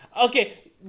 Okay